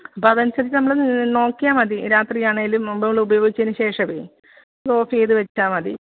അപ്പം അതനുസരിച്ച് നമ്മൾ നോക്കിയാൽ മതി രാത്രിയാണേലും നമ്മൾ ഉപയോഗിച്ചതിന് ശേഷമേ അത് ഓഫ് ചെയ്തു വെച്ചാൽ മതി